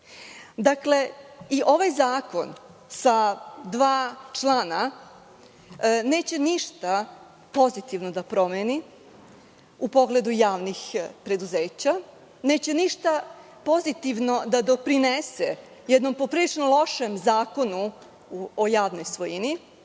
nalazi.I ovaj zakon sa dva člana neće ništa pozitivno da promeni u pogledu javnih preduzeća, neće ništa pozitivno da doprinese jednom poprilično lošem Zakonu o javnoj svojini,